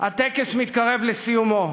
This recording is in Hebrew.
הטקס מתקרב לסיומו.